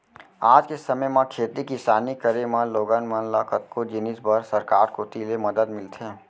आज के समे म खेती किसानी करे म लोगन मन ल कतको जिनिस बर सरकार कोती ले मदद मिलथे